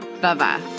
bye-bye